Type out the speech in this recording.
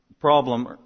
problem